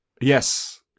Yes